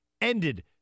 ended